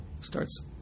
starts